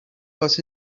was